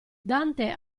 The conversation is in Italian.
dante